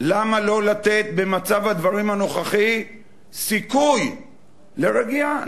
במצב הדברים הנוכחי סיכוי לרגיעה?